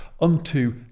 unto